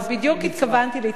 בדיוק התכוונתי לזה.